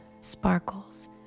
sparkles